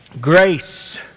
Grace